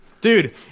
Dude